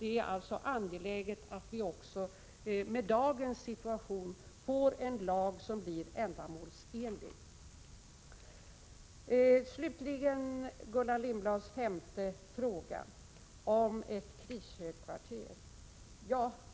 Det är alltså angeläget att vi i dagens situation får en ändamålsenlig lag. Slutligen till Gullan Lindblads femte fråga om ett krishögkvarter.